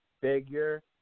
figure